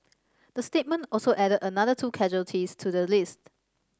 the statement also added another two casualties to the list